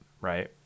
right